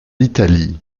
italie